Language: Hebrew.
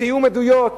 בתיאום עדויות,